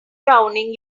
drowning